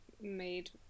made